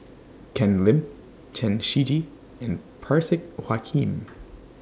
Ken Lim Chen Shiji and Parsick Joaquim